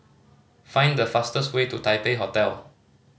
find the fastest way to Taipei Hotel